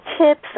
tips